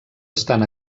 estan